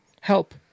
Help